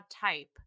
type